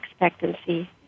expectancy